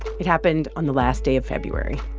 it happened on the last day of february.